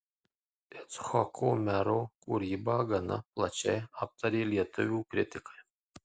icchoko mero kūrybą gana plačiai aptarė lietuvių kritikai